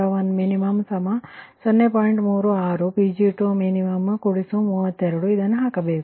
36 Pg2min32 ಇದನ್ನು ಹಾಕಬೇಕು